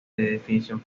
definición